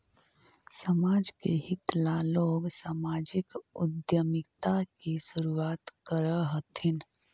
समाज के हित ला लोग सामाजिक उद्यमिता की शुरुआत करअ हथीन